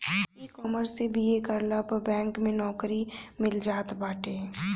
ecommerce से BA करला पअ बैंक में नोकरी मिल जात बाटे